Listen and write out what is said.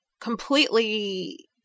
completely